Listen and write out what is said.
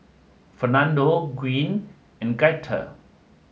Fernando Gwyn and Gaither